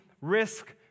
risk